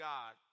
God